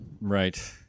Right